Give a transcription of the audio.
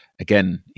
again